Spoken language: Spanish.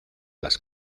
las